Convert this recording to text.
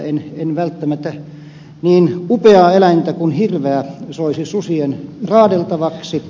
en välttämättä niin upeaa eläintä kuin hirveä soisi susien raadeltavaksi